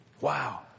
Wow